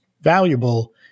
valuable